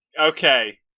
Okay